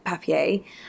Papier